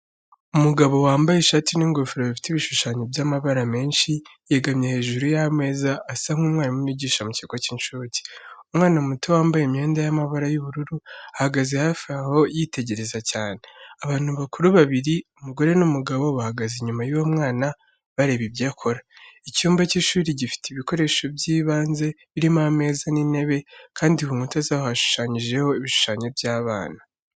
Umugabo wambaye ishati n'ingofero bifite ibishushanyo by'amabara menshi, yegamye hejuru y'ameza, asa nk'umwarimu wigisha mu kigo cy'incuke. Umwana muto wambaye imyenda y'amabara y'ubururu, ahagaze hafi aho yitegereza cyane. Abantu bakuru babiri, umugore n'umugabo bahagaze inyuma y'uwo mwana bareba ibyo akora. Icyumba cy'ishuri gifite ibikoresho by'ibanze, birimo ameza n'intebe kandi ku nkuta zaho hashushanyijeho ibishushanyo by'abana.